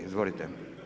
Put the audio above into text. Izvolite.